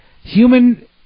Human